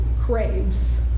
craves